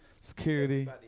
Security